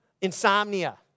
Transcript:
insomnia